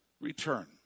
return